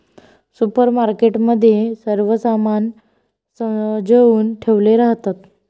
supermarket मध्ये सर्व सामान सजवुन ठेवले राहतात